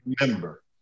remember